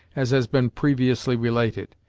as has been previously related.